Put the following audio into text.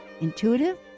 Intuitive